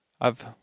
I've